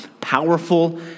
powerful